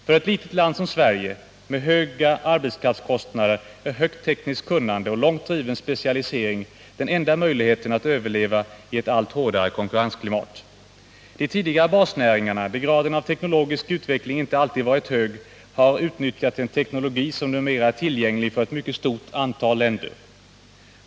För ett litet land som Sverige med höga arbetskraftskostnader är högt tekniskt kunnande och långt driven specialisering den enda möjligheten att överleva i ett allt hårdare konkurrensklimat. De tidigare basnäringarna, där graden av teknologisk utveckling inte alltid varit hög, har utnyttjat en teknologi som numera är tillgänglig för ett mycket stort antal länder.